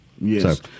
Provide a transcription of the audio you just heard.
Yes